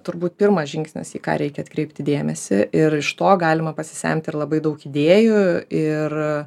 turbūt pirmas žingsnis į ką reikia atkreipti dėmesį ir iš to galima pasisemti ir labai daug idėjų ir